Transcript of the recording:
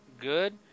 good